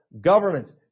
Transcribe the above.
governments